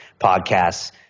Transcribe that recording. podcasts